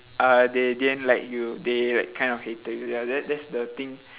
uh they didn't like you they like kind of hated you ya that that's the thing